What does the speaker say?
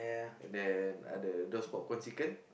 and then ah the those popcorn chicken